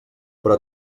però